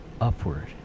upward